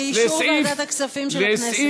באישור ועדת הכספים של הכנסת.